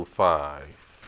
five